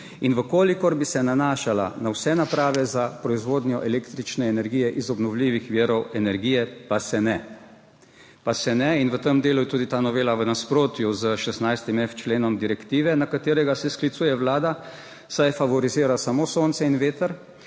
in če bi se nanašala na vse naprave za proizvodnjo električne energije iz obnovljivih virov energije, pa se ne. V tem delu je tudi ta novela v nasprotju s 16.f členom direktive, na katerega se sklicuje vlada, saj favorizira samo sonce in veter,